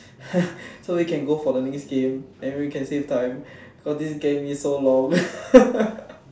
so we can go for the next game then we can save time cause this game is so long